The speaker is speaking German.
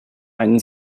einen